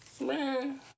Man